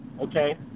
okay